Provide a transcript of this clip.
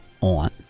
on